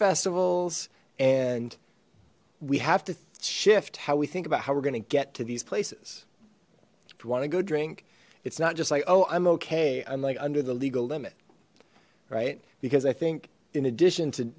festivals and we have to shift how we think about how we're going to get to these places if we want to go drink it's not just like oh i'm okay i'm like under the legal limit right because i think in addition to